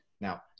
now